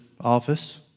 office